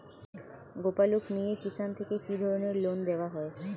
গোপালক মিয়ে কিষান থেকে কি ধরনের লোন দেওয়া হয়?